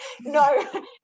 no